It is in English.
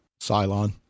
Cylon